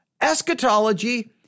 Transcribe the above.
Eschatology